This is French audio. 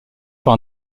par